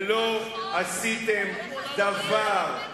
ולא עשיתם דבר.